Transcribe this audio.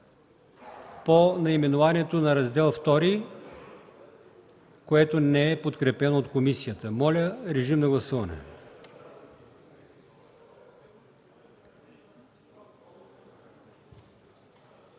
по наименованието на Раздел ІІ, което не е подкрепено от комисията. Моля, режим на гласуване.